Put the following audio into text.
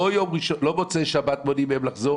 לא עד מוצאי שבת מונעים מהם לחזור,